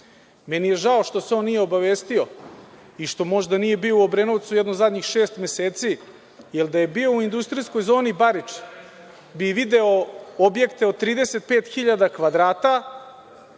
Meni je žao što se on nije obavestio i što možda nije bio u Obrenovcu jedno zadnjih šest meseci, jer da je bio u industrijskoj zoni Barič bi video objekte od 35.000 kvadrata,